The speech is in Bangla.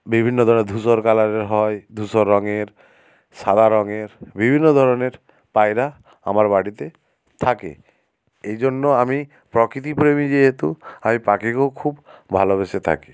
বিভিন্ন তারা ধূসর কালারের হয় ধূসর রঙের সাদা রঙের বিভিন্ন ধরনের পায়রা আমার বাড়িতে থাকে এই জন্য আমি প্রকৃতিপ্রেমী যেহেতু আমি পাখিকেও খুব ভালোবেসে থাকি